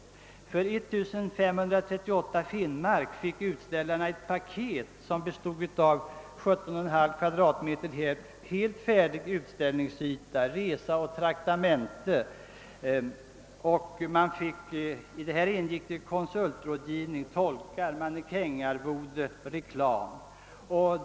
För 1538 finnmark fick utställarna ett paket som bestod av 17,5 kvadratmeter helt färdig utställningsyta, resa och traktamente. I detta ingick även konsultrådgivning, tolkar, mannekängarvode och reklam.